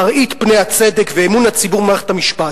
מראית פני הצדק ואמון הציבור במערכת המשפט".